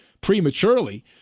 prematurely